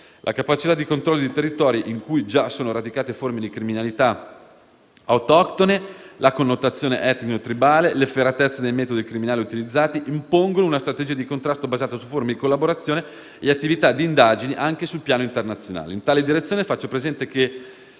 La capacità di controllo di territori in cui già sono radicate forme di criminalità autoctone, la connotazione etnico-tribale, l'efferatezza dei metodi criminali utilizzati, impongono una strategia di contrasto basata su forme di collaborazione ed attività di indagini anche sul piano internazionale. In tale direzione, faccio presente che